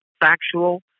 factual